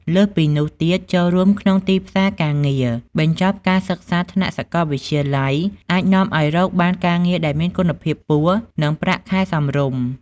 លើសពីនោះទៀត ចូលរួមក្នុងទីផ្សារការងារ បញ្ចប់ការសិក្សាថ្នាក់សាកលវិទ្យាល័យអាចនាំឲ្យរកបានការងារដែលមានគុណភាពខ្ពស់ និងប្រាក់ខែសមរម្យ។